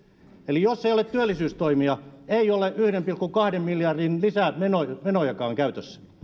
eli jos ei ole työllisyystoimia ei ole yhden pilkku kahden miljardin lisämenojakaan käytössä